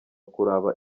kuraba